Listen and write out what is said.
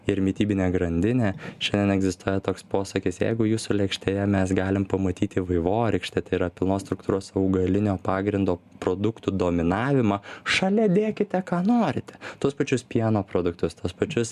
ir mitybinę grandinę šiandien egzistuoja toks posakis jeigu jūsų lėkštėje mes galim pamatyti vaivorykštę tai yra pilnos struktūros augalinio pagrindo produktų dominavimą šalia dėkite ką norite tuos pačius pieno produktus tuos pačius